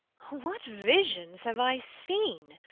what visions have i seen!